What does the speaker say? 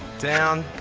down,